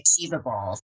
achievable